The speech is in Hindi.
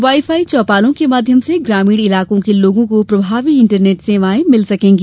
वाईफाई चौपालों के माध्यम से ग्रामीण इलाको के लोगों को प्रभावी इंटरनेट सेवायें भिल सकेंगी